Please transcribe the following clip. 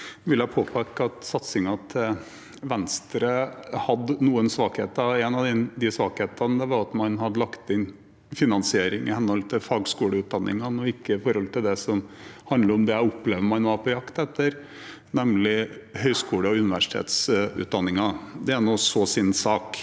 jeg påpeke at satsingen til Venstre hadde noen svakheter, og en av svakhetene var at man hadde lagt inn finansiering i henhold til fagskoleutdanningene og ikke i forhold til det som handler om det jeg opplever man var på jakt etter, nemlig høyskole- og universitetsutdanningen. Det er nå så sin sak.